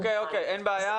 אין בעיה.